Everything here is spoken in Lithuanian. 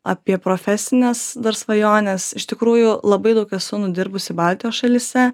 apie profesines dar svajones iš tikrųjų labai daug esu nudirbusi baltijos šalyse